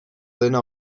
dena